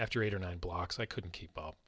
after eight or nine blocks i couldn't keep